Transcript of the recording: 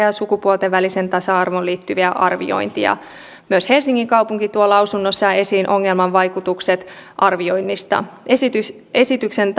ja sukupuolten väliseen tasa arvoon liittyvää arviointia myös helsingin kaupunki tuo lausunnossaan esiin ongelman vaikutusten arvioinnista esityksen